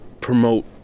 promote